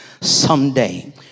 someday